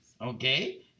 Okay